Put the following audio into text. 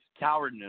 cowardness